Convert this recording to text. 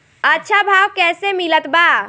अच्छा भाव कैसे मिलत बा?